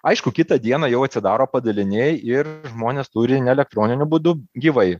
aišku kitą dieną jau atsidaro padaliniai ir žmonės turi ne elektroniniu būdu gyvai